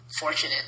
fortunate